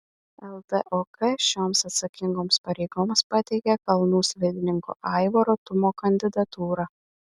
ltok šioms atsakingoms pareigoms pateikė kalnų slidininko aivaro tumo kandidatūrą